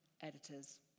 editors